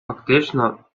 фактично